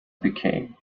became